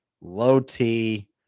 low-T